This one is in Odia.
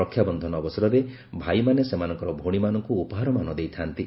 ରକ୍ଷାବନ୍ଧନ ଅବସରରେ ଭାଇମାନେ ସେମାନଙ୍କର ଭଉଣୀମାନଙ୍କୁ ଉପହାରମାନ ଦେଇଥାନ୍ତି